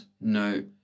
No